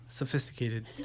Sophisticated